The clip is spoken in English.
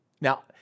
Now